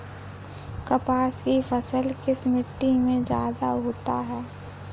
कपास की फसल किस मिट्टी में ज्यादा होता है?